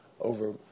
over